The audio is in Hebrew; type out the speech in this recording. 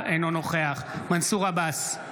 אינו נוכח מנסור עבאס,